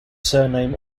surname